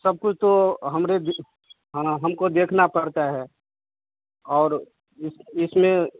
सब कुछ तो हमरे दि ह हमको देखना पड़ता है और इस इसमें